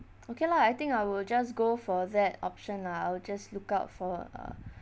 okay lah I think I will just go for that option lah I'll just look out for uh